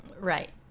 Right